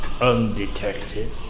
Undetected